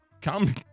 Come